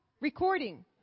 Recording